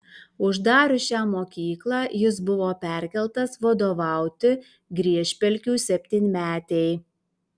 uždarius šią mokyklą jis buvo perkeltas vadovauti griežpelkių septynmetei